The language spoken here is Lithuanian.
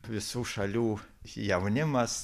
visų šalių jaunimas